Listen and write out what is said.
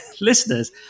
listeners